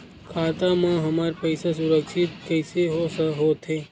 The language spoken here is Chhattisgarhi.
खाता मा हमर पईसा सुरक्षित कइसे हो थे?